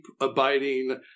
abiding